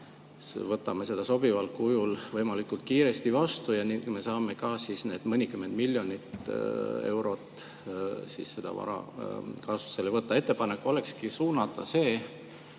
võtame selle sobival kujul võimalikult kiiresti vastu ja me saame ka need mõnikümmend miljonit eurot seda vara kasutusele võtta. Ettepanek olekski suunata see